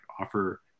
offer